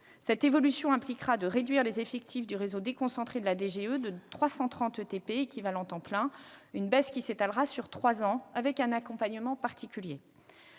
Cette évolution impliquera de réduire les effectifs du réseau déconcentré de la DGE de 330 ETP, ou équivalents temps plein, une baisse qui s'étalera sur trois ans, avec un accompagnement particulier.